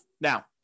Now